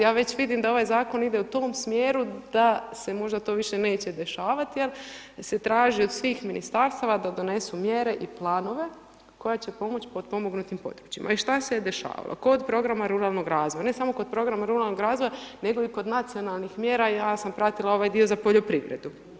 Ja već vidim da ovaj zakon ide u tom smjeru da se možda to više neće dešavati, da se traži od svih ministarstava da donesu mjere i planove koja će pomoći potpomognutim područjima i šta se je dešavalo kod programa ruralnog razvoja, ne samo kod programa ruralnog razvoja nego i kod nacionalnih mjera, ja sam pratila ovaj dio za poljoprivredu.